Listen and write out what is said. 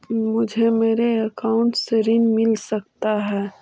मुझे मेरे अकाउंट से ऋण मिल सकता है?